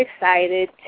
excited